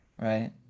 right